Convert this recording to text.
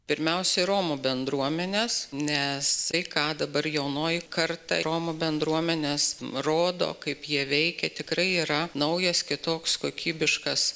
pirmiausia romų bendruomenės nes tai ką dabar jaunoji karta romų bendruomenės rodo kaip jie veikia tikrai yra naujas kitoks kokybiškas